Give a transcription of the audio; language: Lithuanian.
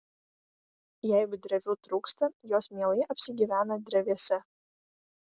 jeigu drevių trūksta jos mielai apsigyvena drevėse